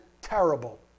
terrible